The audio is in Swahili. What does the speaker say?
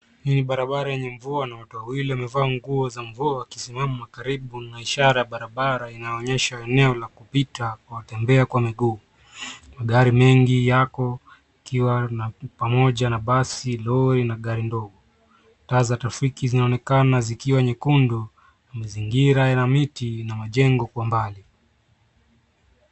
Hii barabara yenye mvua na watu wawili wamevaa nguo za mvua akisimama karibu na ishara barabara inaonyesha eneo la kupita kwa watembea kwa miguu. Magari mengi yako ikiwa na pamoja na basi, lori na gari ndogo. Taa za tafiki zinaonekana zikiwa nyekundu. Mazingira yana miti na majengo kwa mbali.